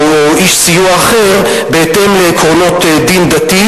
איש סיוע אחר בהתאם לעקרונות דין דתי,